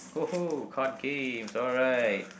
!woohoo! card games alright